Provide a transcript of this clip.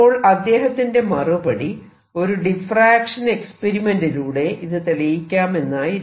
അപ്പോൾ അദ്ദേഹത്തിന്റെ മറുപടി ഒരു ഡിഫ്റാക്ഷൻ എക്സ്പെരിമെന്റിലൂടെ ഇത് തെളിയിക്കാമെന്നായിരുന്നു